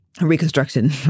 reconstruction